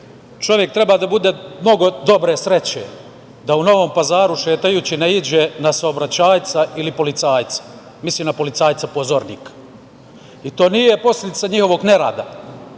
čovek treba da bude mnogo dobre sreće da u Novom Pazaru šetajući naiđe na saobraćajca ili policajca. Mislim na policajca pozornika. To nije posledica njihovog nerada,